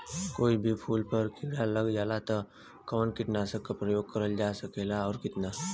कोई भी फूल पर कीड़ा लग जाला त कवन कीटनाशक क प्रयोग करल जा सकेला और कितना?